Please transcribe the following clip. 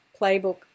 playbook